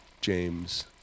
James